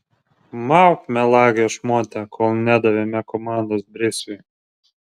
mauk melagio šmote kol nedavėme komandos brisiui